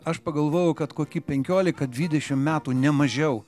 aš pagalvojau kad kokį penkiolika dvidešim metų nemažiau